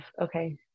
okay